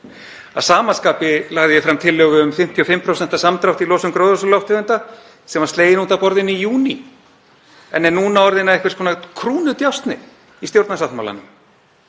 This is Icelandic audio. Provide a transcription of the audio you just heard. Að sama skapi lagði ég fram tillögu um 55% samdrátt í losun gróðurhúsalofttegunda sem var slegin út af borðinu í júní en er nú orðinn að einhvers konar krúnudjásni í stjórnarsáttmálanum